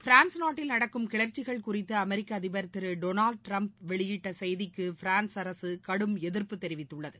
France நாட்டில் நடக்கும் கிளர்ச்சிகள் குறிதது அமெரிக்க அதிபர் திரு டொனால்டு டிரம்ப்வெளியிட்ட செய்திக்கு பிரான்ஸ் அரசு கடும் எதிர்ப்புதெரிவித்துள்ளது